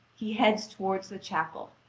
he heads toward the chapel.